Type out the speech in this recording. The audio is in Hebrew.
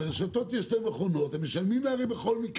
ושם יש מכונות הם משלמים בכל מקרה.